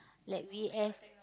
like we have